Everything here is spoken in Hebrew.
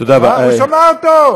הוא שמע אותו,